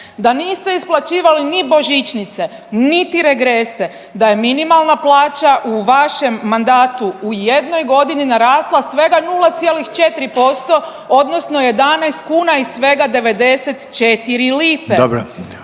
da niste isplaćivali ni božićnice niti regrese, da je minimalna plaća u vašem mandatu u jednoj godini narasla svega 0,4%, odnosno 11 kuna i svega 94 lipe.